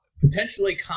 potentially